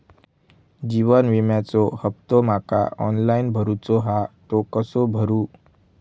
जीवन विम्याचो हफ्तो माका ऑनलाइन भरूचो हा तो कसो भरू?